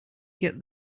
get